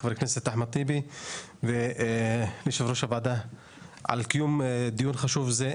לחבר הכנסת אחמד טיבי ויו"ר הוועדה על קיום דיון חשוב זה,